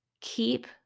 keep